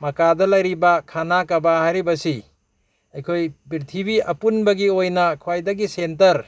ꯃꯀꯥꯗ ꯂꯩꯔꯤꯕ ꯈꯅꯥ ꯀꯕꯥ ꯍꯥꯏꯔꯤꯕꯁꯤ ꯑꯩꯈꯣꯏ ꯄ꯭ꯔꯤꯊꯤꯕꯤ ꯑꯄꯨꯟꯕꯒꯤ ꯑꯣꯏꯅ ꯈ꯭ꯋꯥꯏꯗꯒꯤ ꯁꯦꯟꯇꯔ